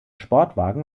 sportwagen